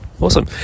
Awesome